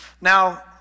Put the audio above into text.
Now